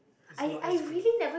is not as good